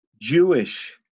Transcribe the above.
Jewish